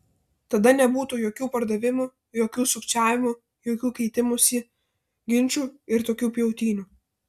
tada nebūtų jokių pardavimų jokių sukčiavimų jokių keitimųsi ginčų ir tokių pjautynių